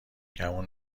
گمون